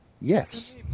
Yes